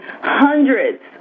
hundreds